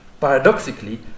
paradoxically